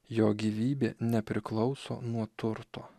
jo gyvybė nepriklauso nuo turto